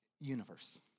universe